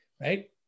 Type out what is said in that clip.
right